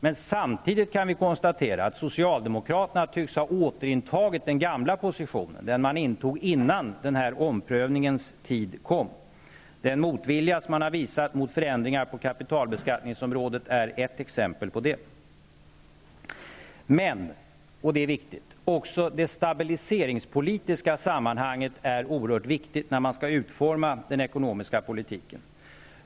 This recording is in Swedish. Men samtidigt kan vi konstatera att socialdemokraterna tycks ha återintagit den gamla positionen, dvs. den position man intog innan omprövningens tid kom. Den motvilja man har visat mot förändringar på kapitalbeskattningsområdet är ett exempel. Men även det stabiliseringspolitiska sammanhanget är oerhört viktigt vid utformningen av den ekonomiska politiken.